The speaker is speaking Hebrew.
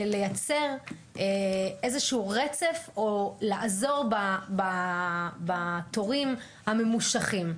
לייצר איזשהו רצף או לעזור בתורים הממושכים.